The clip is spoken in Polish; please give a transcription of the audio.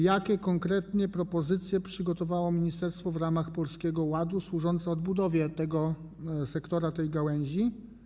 Jakie konkretnie propozycje przygotowało ministerstwo w ramach Polskiego Ładu, służące odbudowie tego sektora, tej gałęzi?